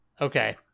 okay